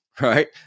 right